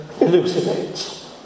elucidates